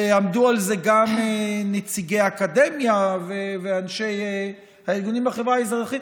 ועמדו על זה גם נציגי האקדמיה ואנשי הארגונים בחברה האזרחית,